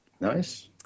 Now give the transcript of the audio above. Nice